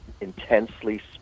intensely